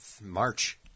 march